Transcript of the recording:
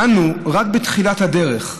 אנו רק בתחילת הדרך,